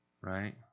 right